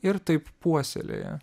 ir taip puoselėja